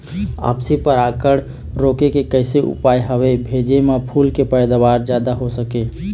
आपसी परागण रोके के कैसे उपाय हवे भेजे मा फूल के पैदावार जादा हों सके?